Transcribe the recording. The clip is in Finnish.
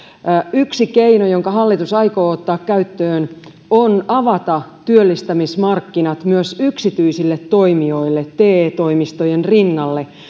yksi keino jonka hallitus aikoo ottaa käyttöön on avata työllistämismarkkinat myös yksityisille toimijoille te toimistojen rinnalle